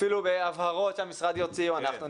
אפילו בהבהרות שהמשרד יוציא או אנחנו,